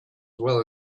well